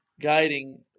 guiding